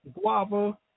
guava